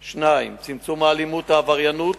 2. צמצום האלימות, העבריינות